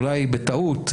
אולי בטעות,